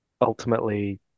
ultimately